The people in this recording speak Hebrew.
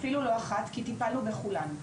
אפילו לא אחת, כי טיפלנו בכולן.